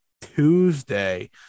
Tuesday